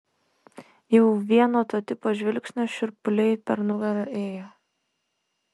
jau vien nuo to tipo žvilgsnio šiurpuliai per nugarą ėjo